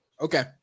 Okay